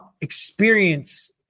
experience